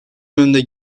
önünde